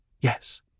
Yes